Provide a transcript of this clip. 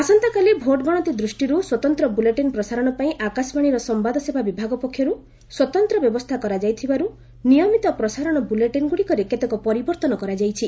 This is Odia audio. ଆସନ୍ତାକାଲି ଭୋଟ୍ ଗଣତି ଦୃଷ୍ଟିରୁ ସ୍ୱତନ୍ତ୍ର ବୁଲେଟିନ୍ ପ୍ରସାରଣ ପାଇଁ ଆକାଶବାଣୀର ସମ୍ଘାଦସେବା ବିଭାଗ ପକ୍ଷରୁ ସ୍ପତନ୍ତ୍ର ବ୍ୟବସ୍ଥା କରାଯାଇଥିବାରୁ ନିୟମିତ ପ୍ରସାରଣ ବୁଲେଟିନ୍ ଗୁଡ଼ିକରେ କେତେକ ପରିବର୍ତ୍ତନ କରାଯାଇଛି